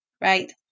right